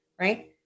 right